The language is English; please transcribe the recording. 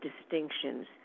distinctions